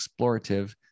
explorative